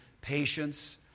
patience